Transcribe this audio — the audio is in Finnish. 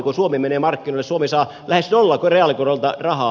kun suomi menee markkinoille suomi saa lähes nollan reaalikorolla rahaa